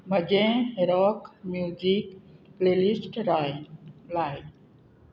म्हजें rock music playlist राय लाय